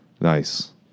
nice